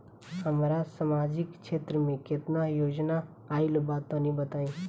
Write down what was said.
हमरा समाजिक क्षेत्र में केतना योजना आइल बा तनि बताईं?